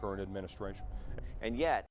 current administration and yet